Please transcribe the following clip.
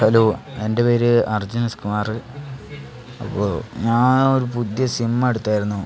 hello എൻ്റെ പേര് Arjun S Kumar അപ്പോൾ ഞാൻ ഒരു പുതിയ സിം എടുത്തായിരുന്നു